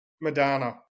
Madonna